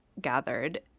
gathered